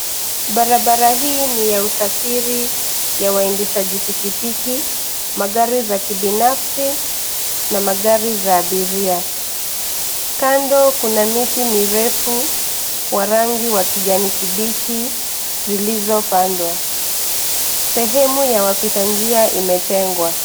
Barabara hii ni ya usafiri ya waendeshaji pikipiki, magari za kibinafsi na magari za abiria. Kando kuna miti mirefu wa rangi wa kijani kibichi zilizopandwa. Sehemu ya wapita njia imetengwa.